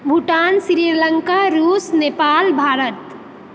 भूटान श्रीलङ्का रूस नेपाल भारत